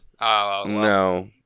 no